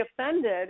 offended